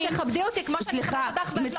מבקשת שאת תכבדי אותי כמו שאני מכבדת אותך.